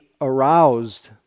aroused